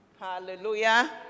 Hallelujah